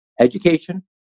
education